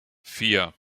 vier